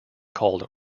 called